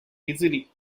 easily